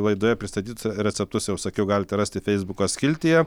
laidoje pristatytus receptus jau ir sakiau galite rasti feisbuko skiltyje